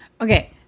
okay